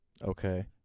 Okay